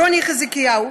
רוני חזקיהו,